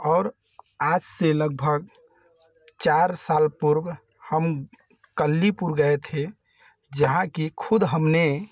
और आज से लगभग चार साल पूर्व हम कल्लीपुर गए थे जहाँ कि खुद हमने